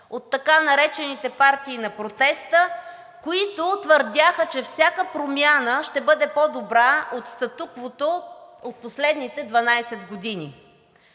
от така наречените партии на протеста, които твърдяха, че всяка промяна ще бъде по-добра от статуквото от последните 12 години.